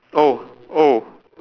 oh oh